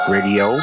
Radio